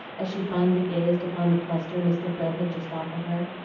as she fondly gazed upon the cluster mr. fred had just offered her.